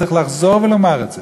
וצריך לחזור ולומר את זה.